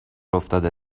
افتاده